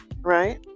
right